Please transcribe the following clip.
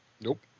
Nope